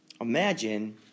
Imagine